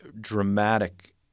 Dramatic